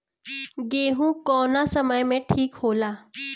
गेहू कौना समय मे ठिक होला?